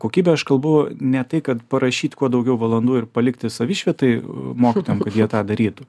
kokybę aš kalbu ne tai kad parašyt kuo daugiau valandų ir palikti savišvietai mokytojam kad jie tą darytų